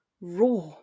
raw